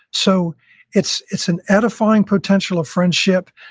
so it's it's an edifying potential of friendship,